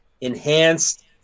enhanced